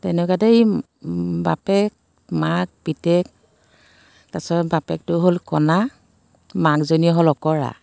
তেনেকুৱাতেই এই বাপেক মাক পিতেক তাৰ পাছত বাপেকটো হ'ল কণা মাকজনী হ'ল অঁকৰা